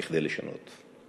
כדי לשנות.